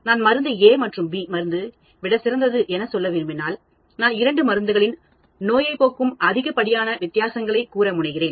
நான் மருந்து A B மருந்தை விட சிறந்தது என சொல்ல விரும்பினால் நான் இரண்டு மருந்துகளின் நோயைப் போக்கும் அதிகப்படியான வித்தியாசங்களை கூற முனைகிறேன்